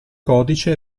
codice